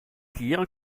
dire